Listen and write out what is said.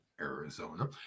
Arizona